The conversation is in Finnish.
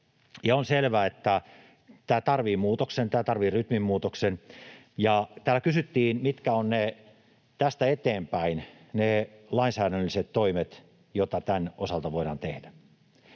on selvää, että tämä tarvitsee muutoksen. Tämä tarvitsee rytmin muutoksen. Täällä kysyttiin, mitkä ovat tästä eteenpäin ne lainsäädännölliset toimet, joita tämän osalta voidaan tehdä.